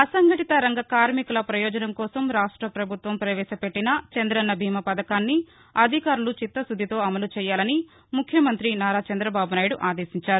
అసంఘటిత రంగ కార్మికుల పయోజనం కోసం రాష్ట్రపభుత్వం పవేశపెట్టిన చందన్న బీమా పథకాన్ని అధికారులు చిత్తకుద్దితో అమలు చేయాలని ముఖ్యమంతి నారా చందబాబునాయుడు ఆదేశించారు